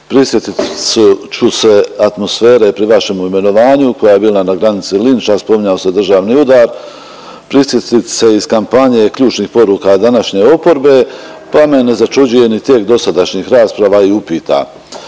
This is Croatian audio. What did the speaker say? Prisjetit ću se atmosfere pri vašem imenovanju koja je bila na granici linča, spominjao se državni udar. Prisjetit ću se iz kampanje ključnih poruka današnje oporbe pa me ne začuđuje ni tijek dosadašnjih rasprava i upita.